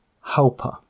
helper